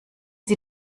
sie